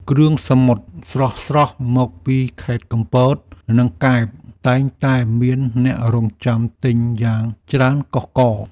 គ្រឿងសមុទ្រស្រស់ៗមកពីខេត្តកំពត និងកែប តែងតែមានអ្នករង់ចាំទិញយ៉ាងច្រើនកុះករ។